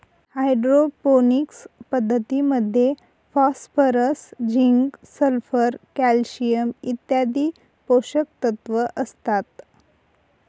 hydroponics पद्धतीमध्ये phosphorus, zinc, sulphur, calcium इत्यादी पोषकतत्व असतात